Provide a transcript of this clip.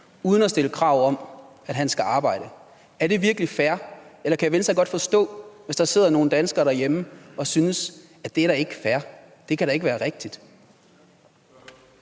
uden at stille krav om, at han skal arbejde? Er det virkelig fair, eller kan Venstre godt forstå, hvis der sidder nogle danskerne hjemme og synes, det det da ikke er fair, og at det da ikke kan være rigtigt?